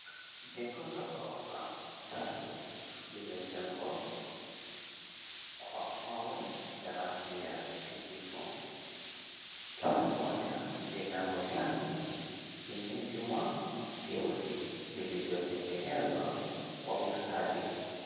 Jengo la ghorofa tatu, limejengwa kwa mawe ya rangi ya kijivu. Kila moja, lina roshani yenye vyuma vyeusi, vilivyotengenezwa kwa ustadi.